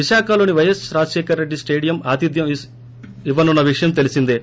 విశాఖలోని పైఎస్ రాజశేఖర్ రెడ్డి స్టేడియం ఆతిథ్యం ఇవ్వనున్న విషయం తెలిసిందే